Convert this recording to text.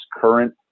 current